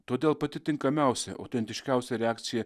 todėl pati tinkamiausia autentiškiausia reakcija